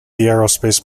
aerospace